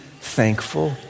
thankful